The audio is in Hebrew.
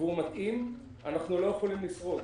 ומתאים אנחנו לא יכולים לשרוד